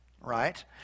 right